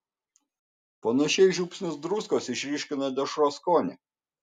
panašiai žiupsnis druskos išryškina dešros skonį